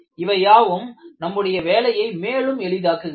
இவையாவும் நம்முடைய வேலையை மேலும் எளிதாக்குகிறது